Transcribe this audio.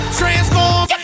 transform